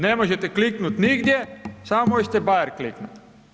Ne možete kliknuti nigdje, samo možete Bayer kliknuti.